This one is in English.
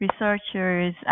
researchers